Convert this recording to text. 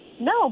No